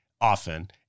often